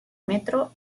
metro